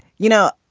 you know,